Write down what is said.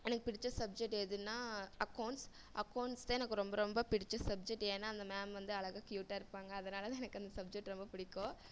எனக்கு பிடித்த சப்ஜெக்ட் எதுனால் அக்கவுன்ஸ் அக்கவுன்ஸ் தான் எனக்கு ரொம்ப ரொம்ப பிடித்த சப்ஜெக்ட் ஏன்னால் அந்த மேம் வந்து அழகாக கியூட்டாக இருப்பாங்க அதனால்தான் எனக்கு அந்த சப்ஜெக்ட் எனக்கு ரொம்ப பிடிக்கும்